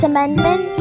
Amendment